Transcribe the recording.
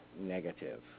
negative